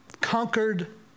conquered